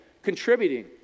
contributing